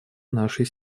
нашей